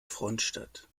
frontstadt